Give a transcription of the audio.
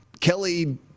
Kelly